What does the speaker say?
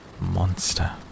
Monster